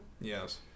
yes